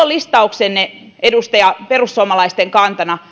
listauksestanne edustaja perussuomalaisten kanta